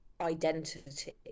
identity